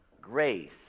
grace